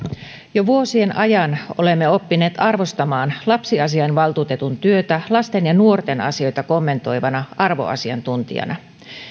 jo vuosien ajan olemme oppineet arvostamaan lapsiasiainvaltuutetun työtä lasten ja nuorten asioita kommentoivana arvoasiantuntijana